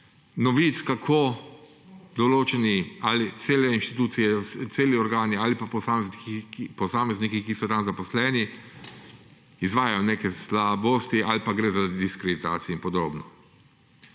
novic, kako določeni, ali cele institucije, celi organi ali posamezniki, ki so tam zaposleni, izvajajo neke slabosti ali pa gre za diskreditacije in podobno.